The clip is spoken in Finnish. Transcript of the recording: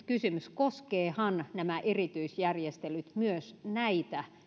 kysymys on koskevathan nämä erityisjärjestelyt myös näitä